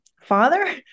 father